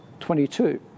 22